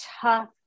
tough